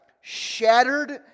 shattered